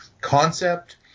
concept